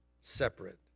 separate